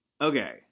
Okay